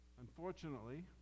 Unfortunately